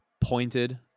pointed